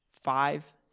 five